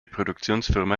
produktionsfirma